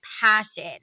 passion